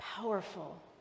powerful